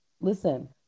Listen